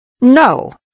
No